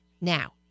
Now